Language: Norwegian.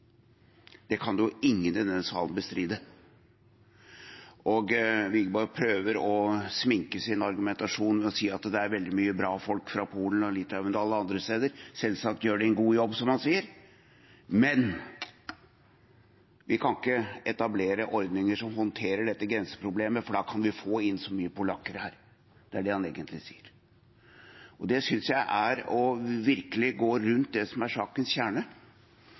Det kan ingen i denne salen bestride. Wiborg prøver å sminke sin argumentasjon med å si at det er veldig mye bra folk fra Polen og Litauen og alle andre steder. Selvsagt gjør de en god jobb, som han sier, men vi kan ikke etablere ordninger som håndterer dette grenseproblemet, for da kan vi få inn så mange polakker her. Det er det han egentlig sier. Det synes jeg er virkelig å gå rundt det som er sakens kjerne,